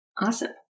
Awesome